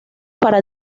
para